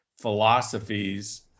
philosophies